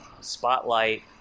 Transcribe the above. spotlight